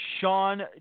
Sean